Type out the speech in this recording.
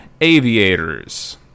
Aviators